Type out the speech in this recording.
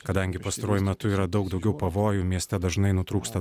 kadangi pastaruoju metu yra daug daugiau pavojų mieste dažnai nutrūksta